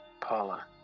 Paula